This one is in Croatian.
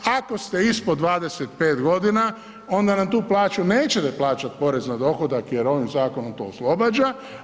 Ako ste ispod 25 godina onda na tu plaću nećete plaćati porez na dohodak jer ovim zakonom to oslobađa.